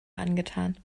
angetan